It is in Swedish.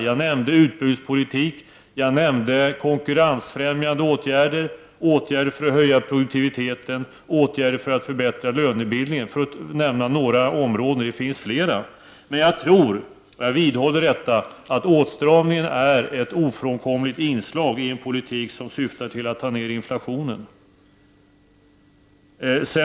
Jag nämnde utbudspolitik, konkurrensfrämjande insatser, åtgärder för att höja produktiviteten och för att förbättra lönebildningen. Det finns också flera andra sådana områden. Jag vidhåller dock att åtstramning är ett ofrånkomligt inslag i en politik som syftar till att bringa ned inflationen.